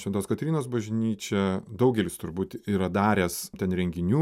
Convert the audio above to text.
šventos kotrynos bažnyčią daugelis turbūt yra daręs ten renginių